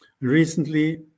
Recently